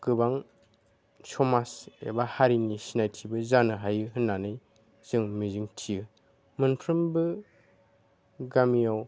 गोबां समाज एबा हारिनि सिनायथिबो जानो हायो होननानै जों मिजिंथियो मोनफ्रोमबो गामियाव